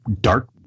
dark